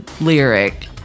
lyric